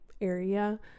area